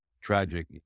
tragic